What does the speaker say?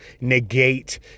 negate